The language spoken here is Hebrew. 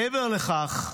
מעבר לכך,